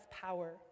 power